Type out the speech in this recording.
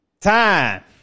Time